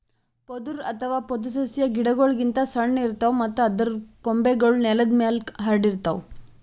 ಪೊದರು ಅಥವಾ ಪೊದೆಸಸ್ಯಾ ಗಿಡಗೋಳ್ ಗಿಂತ್ ಸಣ್ಣು ಇರ್ತವ್ ಮತ್ತ್ ಅದರ್ ಕೊಂಬೆಗೂಳ್ ನೆಲದ್ ಮ್ಯಾಲ್ ಹರ್ಡಿರ್ತವ್